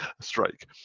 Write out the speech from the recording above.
strike